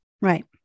Right